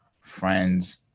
friends